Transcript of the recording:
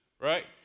right